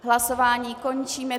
Hlasování končím.